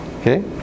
Okay